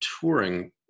touring